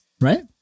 Right